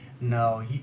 no